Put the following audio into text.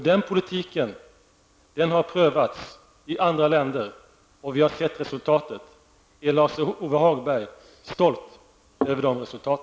Den politiken har prövats i andra länder, och vi har sett resultaten. Är Lars Ove Hagberg stolt över dessa resultat?